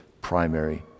primary